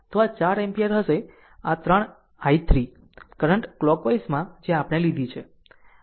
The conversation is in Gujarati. તો આ r 4 એમ્પીયર હશે અને આ i3 કરંટ કલોકવાઈઝમાં જે આપણે લીધી છે